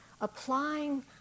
applying